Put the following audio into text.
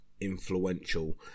influential